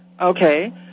Okay